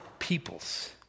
peoples